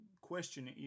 question